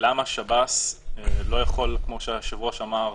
למה שב"ס לא יכול, כמו שהיושב-ראש אמר,